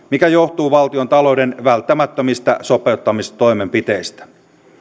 mikä johtuu valtiontalouden välttämättömistä sopeuttamistoimenpiteistä